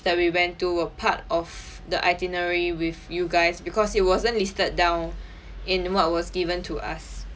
that we went to were part of the itinerary with you guys because it wasn't listed down in what was given to us